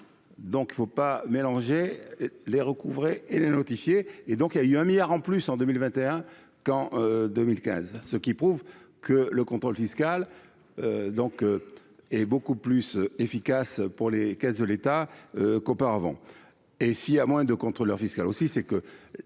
donc il ne faut pas mélanger les recouvrer et le notifier et donc il a eu un milliard en plus, en 2021 qu'en 2015, ce qui prouve que le contrôle fiscal donc et beaucoup plus efficace pour les caisses de l'État qu'auparavant et s'il a moins de contrôleur fiscal aussi c'est que